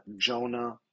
Jonah